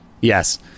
Yes